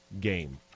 game